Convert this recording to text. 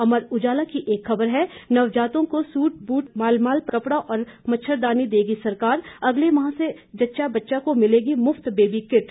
अमर उजाला की एक खबर है नवजातों को सूट बूट मलमल का कपड़ा और मच्छरदानी देगी सरकार अगले माह से जच्चा बच्चा को मिलेगी मुफत बेबी किट